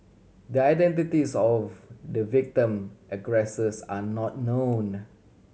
the identities of the victim and aggressors are not known